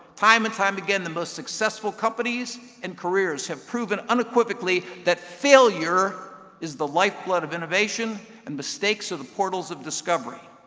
time and time again the most successful companies and careers have proven unequivocally that failure is the lifeblood of innovation, and mistakes are the portals of discovery.